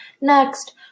Next